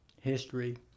history